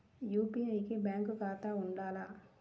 UPI కి bank ఖాతా ఉండాల?